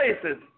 places